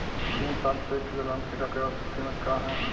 तीन साल से एक किलोग्राम खीरा के औसत किमत का ह?